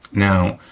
now,